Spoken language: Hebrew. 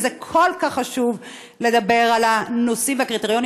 וזה כל כך חשוב לדבר על הנושאים והקריטריונים